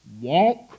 Walk